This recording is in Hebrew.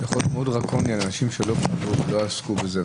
יכול להיות מאוד דרקוני לאנשים שלא עסקו בזה.